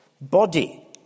body